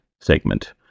segment